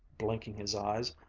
blinking his eyes.